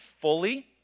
fully